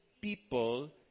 people